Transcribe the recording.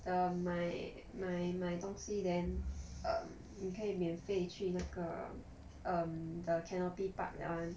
the 买买买东西 then um 你可以免费去那个 um the canopy park that one